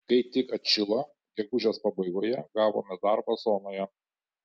kai tik atšilo gegužės pabaigoje gavome darbą zonoje